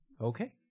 Okay